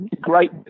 great